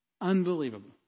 Unbelievable